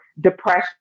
Depression